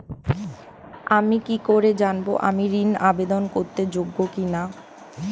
আমি কি করে জানব আমি ঋন আবেদন করতে যোগ্য কি না?